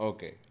Okay